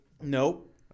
Nope